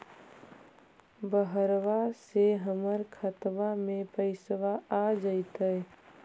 बहरबा से हमर खातबा में पैसाबा आ जैतय?